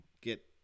get